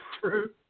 true